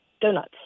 Donuts